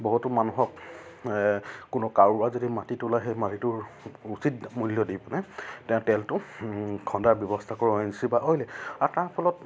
বহুতো মানুহক কোনো কাৰোবাৰ যদি মাটি ওলায় সেই মাটিটোৰ উচিত মূল্য দি পেলাই তেওঁ তেলটো খন্দাৰ ব্যৱস্থা কৰোঁ অ' এন জি চি বা অইলে আৰু তাৰফলত